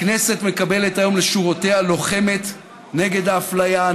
הכנסת מקבלת היום לשורותיה לוחמת נגד האפליה,